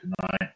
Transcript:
tonight